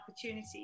opportunity